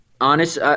honest